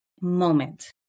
moment